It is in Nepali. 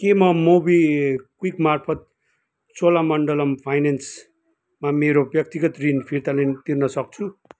के म मोबिक्विक मार्फत चोलामण्डलम फाइनेन्समा मेरो व्यक्तिगत ऋण फिर्ता लि तिर्न सक्छु